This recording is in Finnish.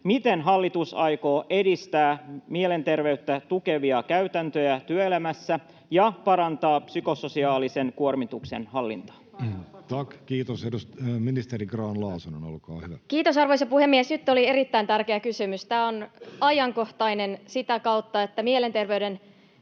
miten hallitus aikoo edistää mielenterveyttä tukevia käytäntöjä työelämässä ja parantaa psykososiaalisen kuormituksen hallintaa? Tack, kiitos. — Ministeri Grahn-Laasonen, olkaa hyvä. Kiitos, arvoisa puhemies! Nyt oli erittäin tärkeä kysymys. Tämä on ajankohtainen sitä kautta, että mielenterveyden